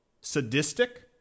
sadistic